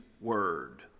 word